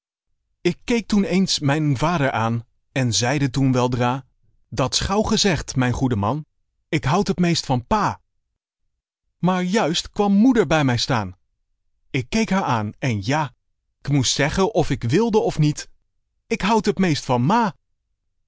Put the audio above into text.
ik keek toen eens mijn vader aan en zeide toen weldra dat s gauw gezegd mijn goede man ik houd het meest van pa maar juist kwam moeder bij mij staan ik keek haar aan en ja k moest zeggen of ik wilde of niet ik houd het meest van ma